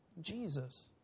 Jesus